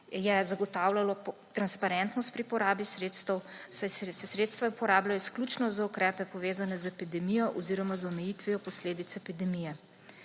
je zagotavljajo transparentnost pri porabi sredstev, saj se sredstva porabljajo izključno za ukrepe, povezane z epidemijo oziroma z omejitvijo posledic epidemije.